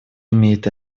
имеет